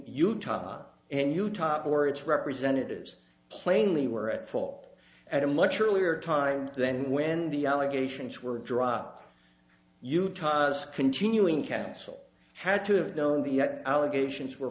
utah and utah or its representatives plainly were at fault at a much earlier time then when the allegations were dry up utah's continuing counsel had to have known the allegations were